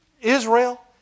Israel